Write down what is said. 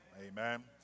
Amen